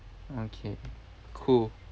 okay cool